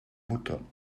mutter